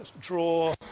Draw